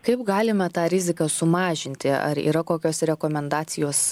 kaip galime tą riziką sumažinti ar yra kokios rekomendacijos